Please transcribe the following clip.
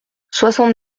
soixante